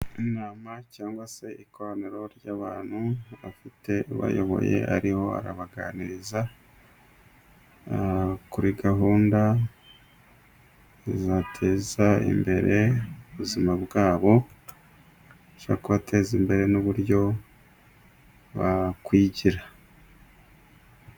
Inama cyangwa se ikoraniro ry'abantu afite ubayoboye ariho arabaganiriza kuri gahunda zateza imbere ubuzima bwabo zishobora kubateza imbere n'uburyo bakwigira.